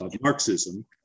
Marxism